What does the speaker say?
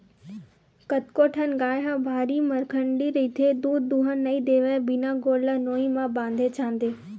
कतको ठन गाय ह भारी मरखंडी रहिथे दूद दूहन नइ देवय बिना गोड़ ल नोई म बांधे छांदे